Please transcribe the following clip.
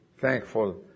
thankful